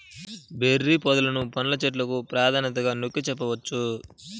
berry పొదలను పండ్ల చెట్లకు ప్రాధాన్యతగా నొక్కి చెప్పవచ్చు